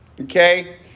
Okay